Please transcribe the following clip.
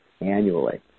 annually